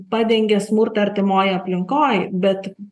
padengia smurtą artimoj aplinkoj bet